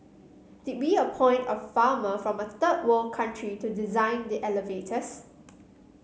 did we appoint a farmer from a third world country to design the elevators